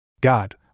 God